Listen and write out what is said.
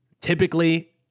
typically